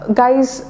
guys